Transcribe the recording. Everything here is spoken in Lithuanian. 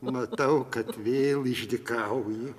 matau kad vėl išdykauji